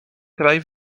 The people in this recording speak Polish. kraj